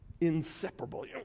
inseparable